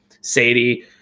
Sadie